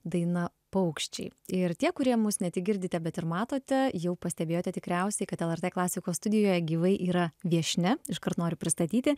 daina paukščiai ir tie kurie mus ne tik girdite bet ir matote jau pastebėjote tikriausiai kad lrt klasikos studijoj gyvai yra viešnia iškart noriu pristatyti